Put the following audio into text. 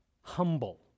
humble